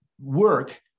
work